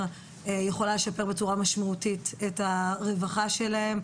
יכולים לשפר בצורה משמעותית את הרווחה שלהם,